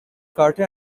carter